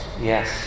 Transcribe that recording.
Yes